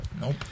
Nope